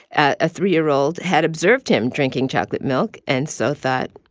a three year old had observed him drinking chocolate milk and so thought,